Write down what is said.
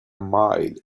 mile